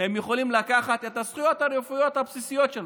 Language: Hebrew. הם יכולים לקבל את הזכויות הרפואיות הבסיסיות שלהם.